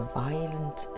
violent